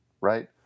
right